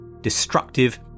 destructive